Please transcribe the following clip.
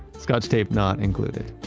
scotch tape not included.